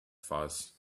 farce